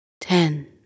ten